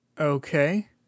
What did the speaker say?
Okay